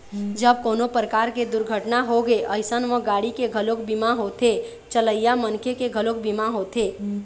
जब कोनो परकार के दुरघटना होगे अइसन म गाड़ी के घलोक बीमा होथे, चलइया मनखे के घलोक बीमा होथे